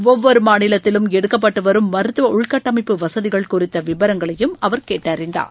ஒவ்வொருமாநிலத்திலும் எடுக்கப்பட்டுவரும் மருத்துவஉள்கட்டமைப்பு வசதிகள் குறித்தவிவரங்களையும் அவர் கேட்டறிந்தார்